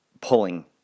pulling